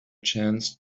chance